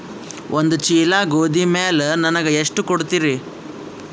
ಒಂದ ಚೀಲ ಗೋಧಿ ಮ್ಯಾಲ ನನಗ ಎಷ್ಟ ಕೊಡತೀರಿ?